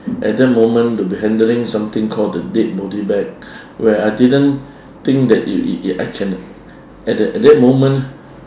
at that moment to be handling something called the dead body bag where I didn't think that you you you I can at that at that moment